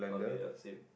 okay yeah same